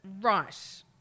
Right